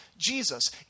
Jesus